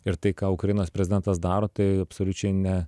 ir tai ką ukrainos prezidentas daro tai absoliučiai ne